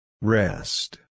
Rest